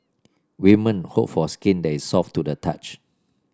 women hope for skin that is soft to the touch